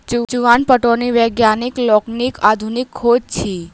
चुआन पटौनी वैज्ञानिक लोकनिक आधुनिक खोज अछि